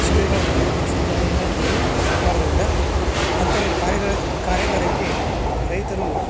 ಶಿಬಿರಗಳನ್ನು ಏರ್ಪಡಿಸಿರ್ತಾರೆ ಇಲಾಖೆಯವ್ರು ಸರ್ಕಾರದಿಂದ ಅಂತ ಒಂದು ಕಾರ್ಯಗಳ ಕಾರ್ಯಗಾರಕ್ಕೆ ರೈತರು